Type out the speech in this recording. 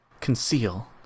Conceal